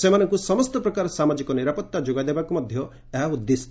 ସେମାନଙ୍କୁ ସମସ୍ତ ପ୍ରକାର ସାମାଜିକ ନିରାପତ୍ତା ଯୋଗାଇ ଦେବାକୁ ମଧ୍ୟ ଏହା ଉଦ୍ଦିଷ୍ଟ